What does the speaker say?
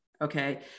okay